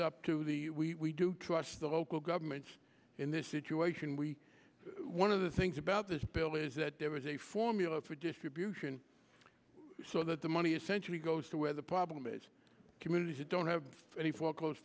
up to the we do trust the local governments in this situation we one of the things about this bill is that there is a formula for distribution so that the money essentially goes to where the problem is communities that don't have any foreclose